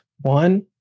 one